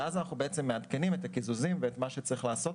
אז אנחנו מעדכנים את הקיזוזים ואת מה שצריך לעשות,